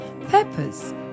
purpose